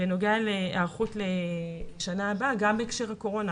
בנוגע להיערכות לשנה הבאה גם בהקשר הקורונה,